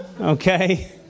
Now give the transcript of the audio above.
Okay